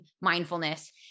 mindfulness